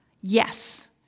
Yes